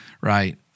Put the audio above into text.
Right